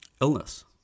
illness